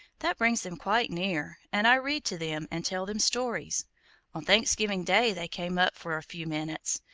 that brings them quite near, and i read to them and tell them stories on thanksgiving day they came up for a few minutes,